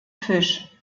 fisch